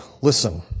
listen